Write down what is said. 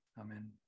amen